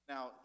Now